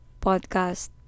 podcast